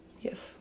yes